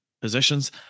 positions